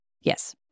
Yes